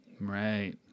right